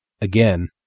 Again